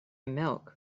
milk